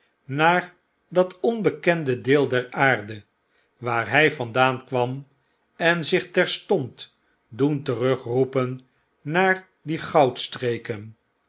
naar dat onbekende deel der aarde waar by vandaan kwam en zich terstond doen terugroepen naar die